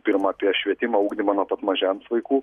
pirma apie švietimą ugdymą nuo pat mažens vaikų